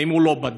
האם הוא לא בדק?